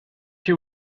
you